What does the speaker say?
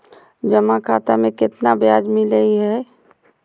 जमा खाता में केतना ब्याज मिलई हई?